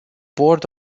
board